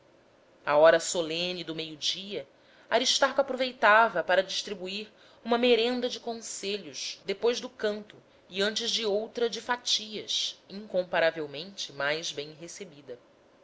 a hora solene do meio-dia aristarco aproveitava para distribuir uma merenda de conselhos depois do canto e antes de outra de fatias incomparavelmente mais bem recebida